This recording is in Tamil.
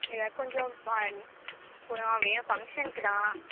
இதில் கொஞ்சம் பாருங்கள் கொஞ்சம் வேணும் ஃபங்க்ஷனுக்கு தான்